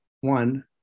one